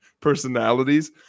personalities